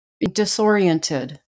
disoriented